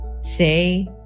say